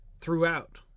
throughout